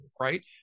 right